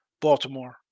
Baltimore